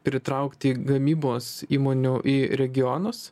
pritraukti gamybos įmonių į regionus